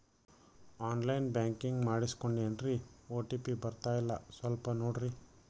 on line banking ಮಾಡಿಸ್ಕೊಂಡೇನ್ರಿ OTP ಬರ್ತಾಯಿಲ್ಲ ಸ್ವಲ್ಪ ನೋಡ್ರಿ